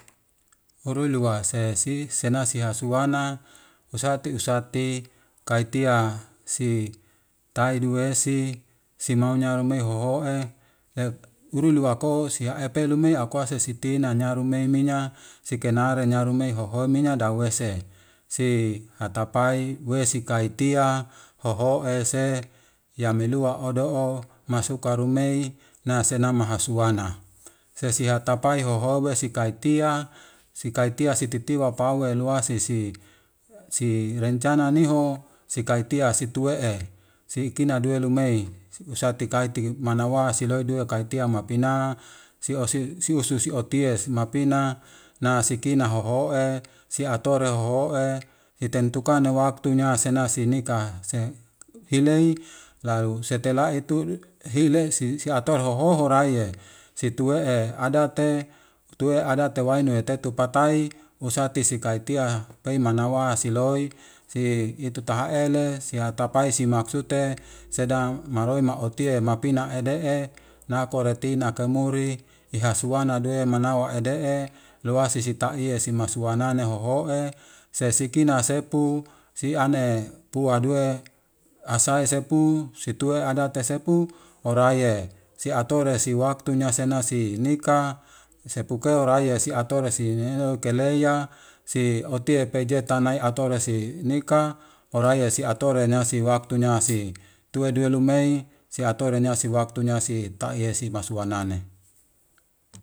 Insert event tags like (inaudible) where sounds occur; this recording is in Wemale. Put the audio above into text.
Oroi lua seesi, sena si hasuana, usati usati, kaitia si tai duesi, si maunya rumi hoho'e. (hesitation) uruluwako siha epe lumei akwa sesitina nya rumei minya si kenare nya rumei hoho minya dawese si hatapai we sikaitia hoho ese yamilua odo'o masuka rumei na sena mahasuana se si hatapai hoho we sikaitia sikaitia sititiwa pawe luasisi si rencana niho si kaitia si tuee si ikina duelu mei usati kaiti manawaa si loe due kaitia mapinaa (hesitation) si ususi oties mapinaa naa si kina hohoee si atore hohoee si tentukane waktunyaa sena si nikaa se hilei laru setelah itu hilei si atore hoho horaye si tue'e adate, tue'e adate wainuyetetupatai usati sikaitia pei manawa siloi si itutaha'ele, si hatapai simaksute sedang maroi ma'otiye mapina'ede'e na'a koreti na'a kemuri iha suana due'e manawa ede'e luasi sitai'e simaksuanane ho'o'e sesikina sepu si'ane pua due'e asa esepu, si tue adate sepu, oraye si atore si waktunya sena si nika, sepuke oraye si atore si keleya, si otie peje tanai atore si nika, oraye si atore nya si waktunya si tue duelumei, si atore nya si waktunya si taie si maswanane.